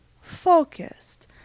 focused